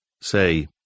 Say